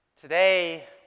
Today